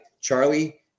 Charlie